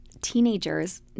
teenagers